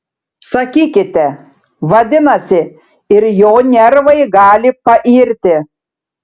sakykite vadinasi ir jo nervai gali pairti